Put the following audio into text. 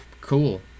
cool